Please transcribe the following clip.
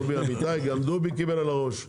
גם דובי קיבל על הראש.